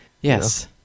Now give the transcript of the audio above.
Yes